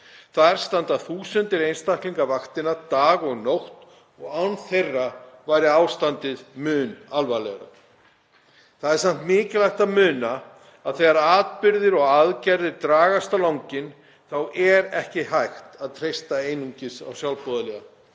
Þar standa þúsundir einstaklinga vaktina dag og nótt og án þeirra væri ástandið mun alvarlegra. Það er samt mikilvægt að muna að þegar atburðir og aðgerðir dragast á langinn er ekki hægt að treysta einungis á sjálfboðaliða.